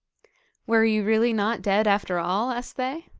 were you really not dead after all asked they.